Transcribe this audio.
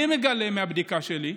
אני מגלה בבדיקה שלי,